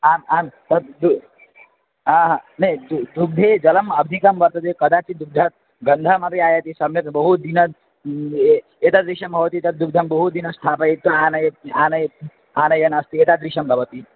आ आं तद् तु आं नै दुग्धं दुग्धे जलम् अधिकं वर्तते कदाचित् दुग्धे गन्धमपि आयाति सम्यक् बहु दिनम् एवम् एतादृशं भवति तद् दुग्धं बहु दिनं स्थापयित्वा आनयति आनयति आनयन्नस्ति एतादृशं भवति